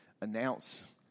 announce